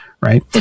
right